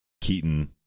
Keaton